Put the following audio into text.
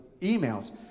emails